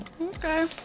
okay